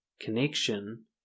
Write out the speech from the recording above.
connection